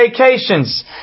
vacations